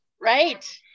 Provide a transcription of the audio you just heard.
right